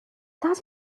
that